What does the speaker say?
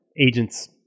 agents